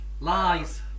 Lies